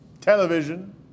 television